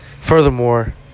furthermore